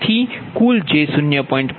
તેથી કુલ j 0